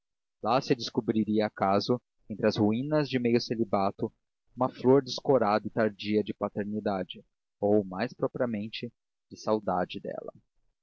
lá se descobriria acaso entre as ruínas de meio celibato uma flor descorada e tardia de paternidade ou mais propriamente de saudade dela